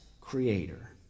creator